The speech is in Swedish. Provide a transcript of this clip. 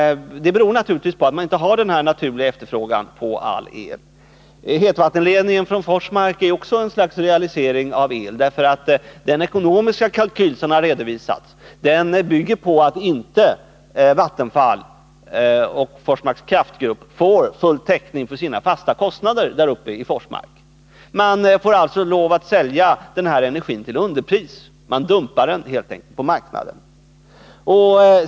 Det beror naturligtvis på att det inte finns en naturlig efterfrågan på all el. Hetvattenledningen från Forsmark är också ett slags realisering av el. Den ekonomiska kalkyl som har redovisats tyder på att Vattenfall och Forsmarks Kraftgrupp inte får full täckning för sina fasta kostnader i Forsmark. Man måste alltså sälja energin till underpris — man dumpar helt enkelt priset på marknaden.